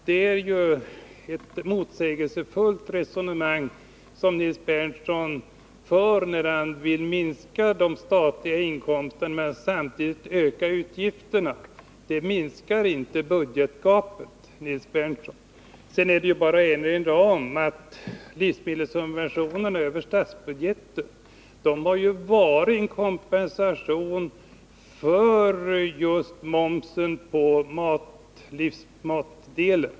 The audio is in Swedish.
Det är ett motsägelsefullt resonemang som Nils Berndtson för när han vill minska de statliga inkomsterna och samtidigt öka utgifterna — det minskar inte budgetgapet, Nils Berndtson. Sedan är det bara att erinra om att livsmedelssubventionerna över statsbudgeten har varit en kompensation för just momsen på mat.